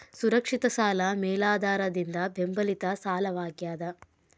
ಸುರಕ್ಷಿತ ಸಾಲ ಮೇಲಾಧಾರದಿಂದ ಬೆಂಬಲಿತ ಸಾಲವಾಗ್ಯಾದ